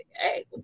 hey